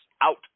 out